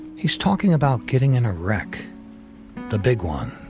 he's talking about getting in a wreck the big one.